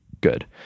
good